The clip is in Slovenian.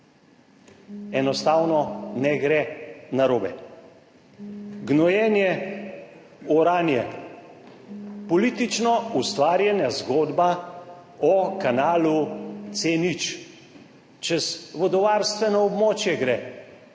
Enostavno ne gre narobe. Gnojenje, oranje. Politično ustvarjena zgodba o kanalu C0. Čez vodovarstveno območje gre,